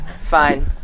fine